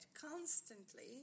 constantly